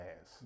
ass